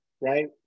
right